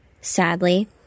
Sadly